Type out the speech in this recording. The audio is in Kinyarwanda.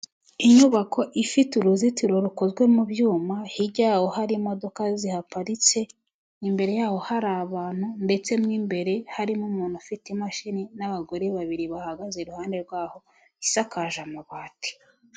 Inyubako ifite uruzitiro rukozwe mu byuma, hirya yaho hari imodoka zihaparitse, imbere yaho hari abantu ndetse n'imbere harimo umuntu ufite imashini, n'abagore babiri bahagaze iruhande rwaho, isakaje amabati.